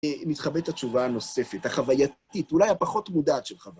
מתחבאת התשובה הנוספת, החווייתית, אולי הפחות מודעת של חווייה.